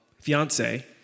fiance